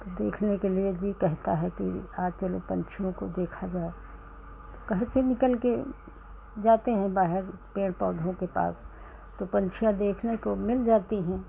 तो देखने के लिए भी कहता है कि आओ चलो पंछियों को देखा जाए कहीं से निकल के जाते हैं बाहर पेड़ पौधे के पास तो पंछियों देखने को मिल जाती हैं